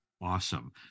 awesome